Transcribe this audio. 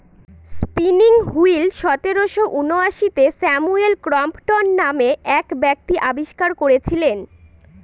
spinning wheel সতেরোশো ঊনআশিতে Samuel Crompton নামে এক ব্যক্তি আবিষ্কার করেছিলেন